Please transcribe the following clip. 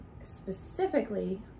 specifically